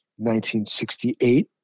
1968